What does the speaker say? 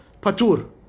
Patur